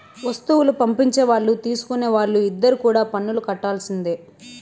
వస్తువులు పంపించే వాళ్ళు తీసుకునే వాళ్ళు ఇద్దరు కూడా పన్నులు కట్టాల్సిందే